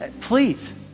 please